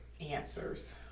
answers